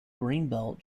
greenbelt